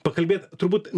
pakalbėt turbūt